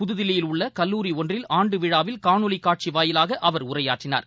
புதுதில்லியில் உள்ள கல்லூரி ஒன்றில் ஆண்டுவிழாவில் காணொலி காட்சி வாயிலாக அவர் உரையாற்றினார்